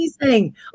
amazing